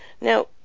now